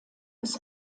des